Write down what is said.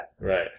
Right